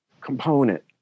component